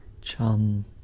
Chum